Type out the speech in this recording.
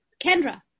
Kendra